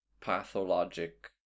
Pathologic